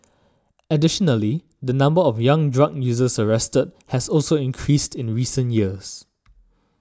additionally the number of young drug users arrested has also increased in recent years